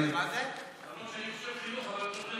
למרות שאני חושב שחינוך,